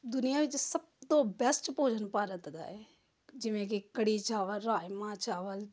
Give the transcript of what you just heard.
ਦੁਨੀਆ ਵਿੱਚ ਸਭ ਤੋਂ ਬੈਸਟ ਭੋਜਨ ਭਾਰਤ ਦਾ ਏ ਜਿਵੇਂ ਕਿ ਕੜੀ ਚਾਵਲ ਰਾਜਮਾਂਹ ਚਾਵਲ